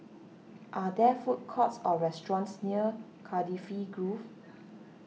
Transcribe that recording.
are there food courts or restaurants near Cardifi Grove